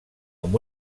amb